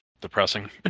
depressing